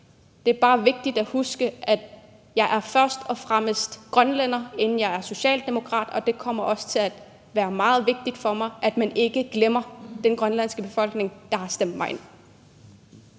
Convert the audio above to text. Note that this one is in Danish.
det er bare vigtigt at huske, at jeg først og fremmest er grønlænder, inden jeg er socialdemokrat, og det kommer også til at være meget vigtigt for mig, at man ikke glemmer den grønlandske befolkning, der har stemt mig ind.